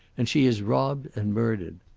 and she is robbed and murdered.